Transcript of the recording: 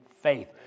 faith